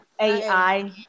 AI